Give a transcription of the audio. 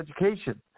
education